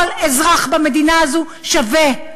כל אזרח במדינה הזו שווה.